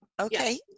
okay